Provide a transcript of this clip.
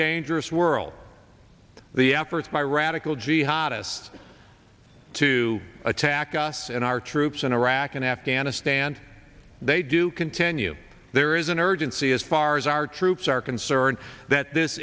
dangerous world the efforts by radical jihad us to attack us and our troops in iraq and afghanistan they do continue there is an urgency as far as our troops are concerned that this